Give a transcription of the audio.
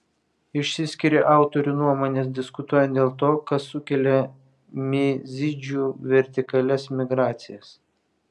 išsiskiria autorių nuomonės diskutuojant dėl to kas sukelia mizidžių vertikalias migracijas